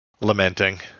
lamenting